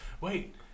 Wait